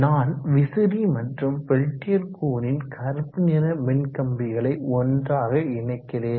நான் விசிறி மற்றும் பெல்டியர் கூறின் கறுப்பு நிற மின்கம்பிகளை ஒன்றாக இணைக்கிறேன்